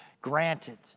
granted